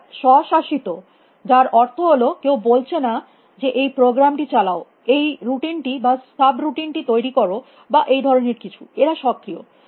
তারা স্ব শাসিত যার অর্থ হল কেউ বলছে না যে এই প্রোগ্রাম টি চালাও এই রুটিন টি বা সাব রুটিনটি তৈরী কর বা এই ধরনের কিছু এরা সক্রিয়